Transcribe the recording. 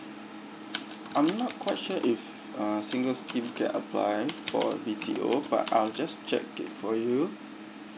I'm not quite sure if uh single scheme can apply for B_T_O but I'll just check it for you